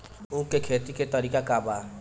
उख के खेती का तरीका का बा?